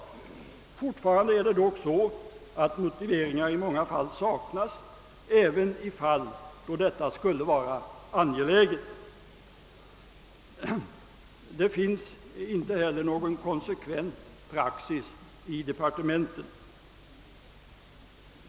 Fortfarande är det dock så att motiveringar i många fall saknas även i fall då detta skulle vara angeläget. Inte heller finns det någon konsekvent praxis i departementen.